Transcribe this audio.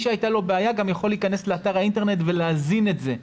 שהייתה לו בעיה גם יכול להיכנס לאתר האינטרנט ולהזין את זה.